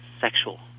sexual